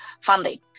funding